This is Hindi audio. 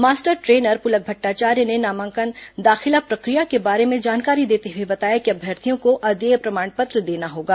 मास्टर ट्रेनर पुलक भट्टाचार्य ने नामांकन दाखिला प्रक्रिया के बारे में जानकारी देते हुए बताया कि अभ्यर्थियों को अदेय प्रमाण पत्र देना होगा